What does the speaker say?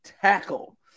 tackle